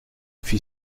fit